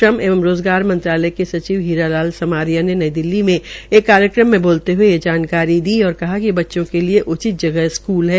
श्रम एवं रोज़गार मंत्रालय के सचिव हीरा लाल समारिया ने नई दिल्ली में एक कार्यक्रम में बोलते हये ये जानकारी दी और कहा कि बच्चों के लिये उचित जगह स्कूल है